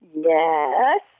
Yes